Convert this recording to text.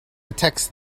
detects